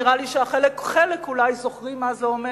נראה שאולי חלק זוכרים מה זה אומר.